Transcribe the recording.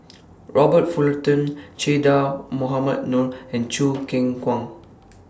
Robert Fullerton Che Dah Mohamed Noor and Choo Keng Kwang